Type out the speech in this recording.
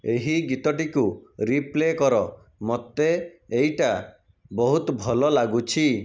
ଏହି ଗୀତଟିକୁ ରିପ୍ଲେ କର ମୋତେ ଏଇଟା ବହୁତ ଭଲ ଲାଗୁଛି